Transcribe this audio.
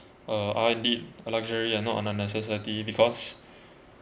uh are indeed a luxury and are not a necessity because